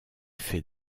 fait